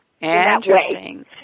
Interesting